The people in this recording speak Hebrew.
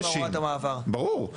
ברור.